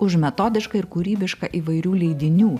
už metodišką ir kūrybišką įvairių leidinių